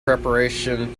preparation